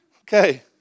Okay